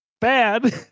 bad